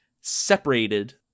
separated